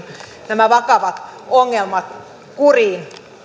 nämä vakavat ongelmat kuriin